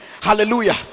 hallelujah